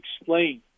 explain